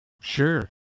sure